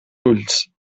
ulls